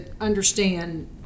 understand